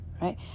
right